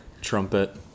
trumpet